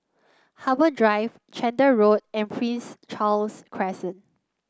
Harbour Drive Chander Road and Prince Charles Crescent